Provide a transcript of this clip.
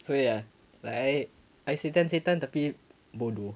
so ya like I I satan satan tapi bodoh